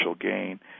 gain